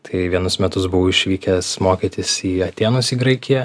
tai vienus metus buvau išvykęs mokytis į atėnus į graikiją